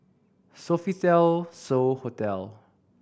Sofitel So Hotel